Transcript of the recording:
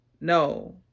No